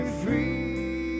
free